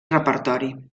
repertori